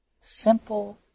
simple